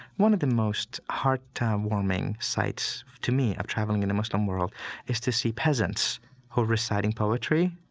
one of the most heart-warming sights to me i'm traveling in the muslim world is to see peasants who are reciting poetry.